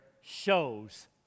shows